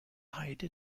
heide